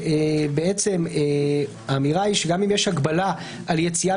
בעצם האמירה היא שגם אם יש הגבלה על יציאה